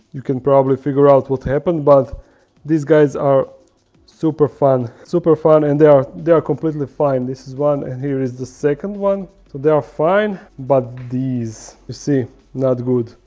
you can probably figure out what happened, but these guys are super fun super fun and they are they are completely fine this is one and here is the second one so they are fine. but these you see not good.